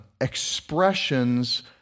Expressions